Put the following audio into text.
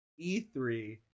E3